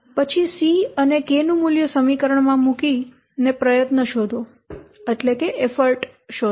તેથી પછી c અને k નું મૂલ્ય સમીકરણમાં મૂકીને પ્રયત્ન શોધો